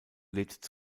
lädt